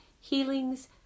healings